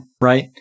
Right